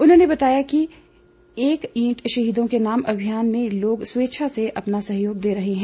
उन्होंने बताया कि एक ईंट शहीदों को नाम अभियान में लोग स्वेच्छा से अपना सहयोग दे रहे हैं